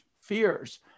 fears